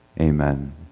Amen